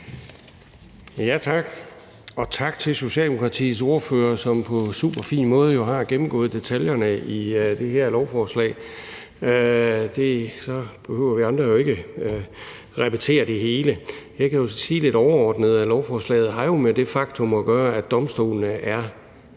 for det, og tak til Socialdemokratiets ordfører, som på superfin måde jo har gennemgået detaljerne i det her lovforslag, og så behøver vi andre jo ikke at repetere det hele. Jeg kan lidt overordnet sige, at lovforslaget jo har med det faktum at gøre, at domstolene er